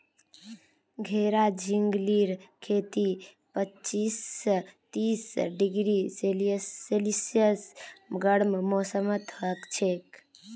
घेरा झिंगलीर खेती पच्चीस स तीस डिग्री सेल्सियस गर्म मौसमत हछेक